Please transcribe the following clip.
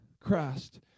Christ